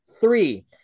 Three